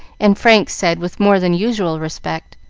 and frank said, with more than usual respect,